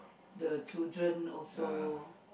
the children also